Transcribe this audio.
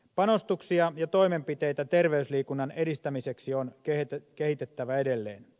panostuksia ja toimenpiteitä terveysliikunnan edistämiseksi on kehitettävä edelleen